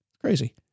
Crazy